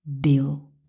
Bill